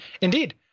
Indeed